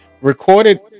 recorded